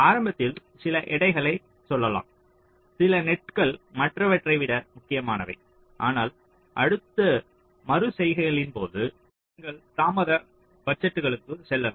ஆரம்பத்தில் சில எடைகளைச் சொல்லலாம் சில நெட்கள் மற்றவற்றை விட முக்கியமானவை ஆனால் அடுத்தடுத்த மறு செய்கைகளின் போது நீங்கள் தாமத பட்ஜெட்களுக்கு செல்லலாம்